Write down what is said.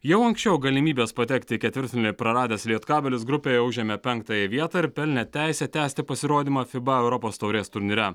jau anksčiau galimybes patekti į ketvirtfinalį praradęs lietkabelis grupėje užėmė penktąją vietą ir pelnė teisę tęsti pasirodymą fiba europos taurės turnyre